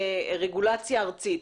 רגולציה ארצית.